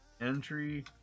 entry